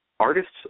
Artists